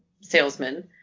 salesman